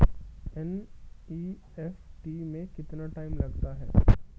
NEFT में कितना time लग जाएगा?